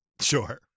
Sure